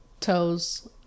toes